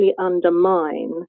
undermine